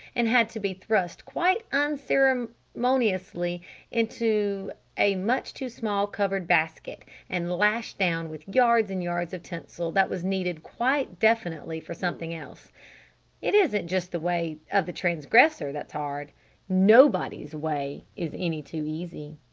and had to be thrust quite unceremoniously into a much too small covered basket and lashed down with yards and yards of tinsel that was needed quite definitely for something else it isn't just the way of the transgressor that's hard nobody's way is any too easy!